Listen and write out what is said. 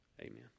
Amen